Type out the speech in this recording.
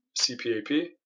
CPAP